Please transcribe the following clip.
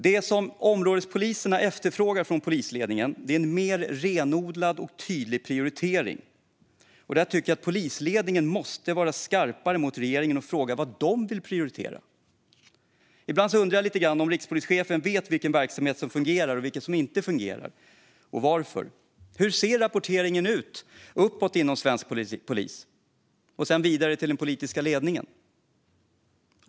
Det områdespoliserna efterfrågar från polisledningen är en mer renodlad och tydlig prioritering, och jag tycker att polisledningen måste vara skarpare mot regeringen och fråga vad den vill prioritera. Ibland undrar jag lite grann om rikspolischefen vet vilken verksamhet som fungerar och vilken som inte fungerar, och varför. Hur ser rapporteringen uppåt ut inom svensk polis, och rapporteringen vidare till den politiska ledningen?